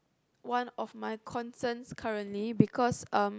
one of my concerns currently because um